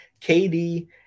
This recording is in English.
KD